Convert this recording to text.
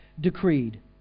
decreed